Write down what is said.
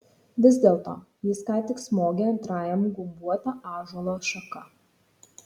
vis dėlto jis ką tik smogė antrajam gumbuota ąžuolo šaka